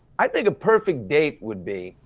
i think a perfect date would be,